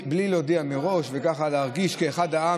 בלי להודיע מראש, וככה להרגיש כאחד העם.